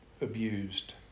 abused